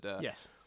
Yes